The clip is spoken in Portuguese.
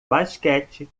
basquete